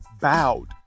bowed